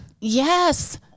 yes